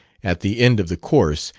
at the end of the course,